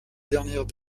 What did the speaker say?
dernière